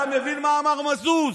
אתה מבין מה אמר מזוז?